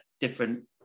different